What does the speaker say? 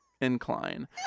incline